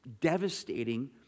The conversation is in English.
devastating